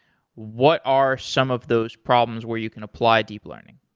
what are some of those problems where you can apply deep learning?